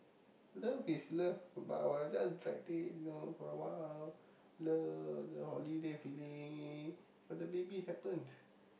love is love but I will just dragging you know for a while love the holiday feeling but the baby happened